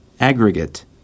Aggregate